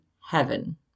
Heaven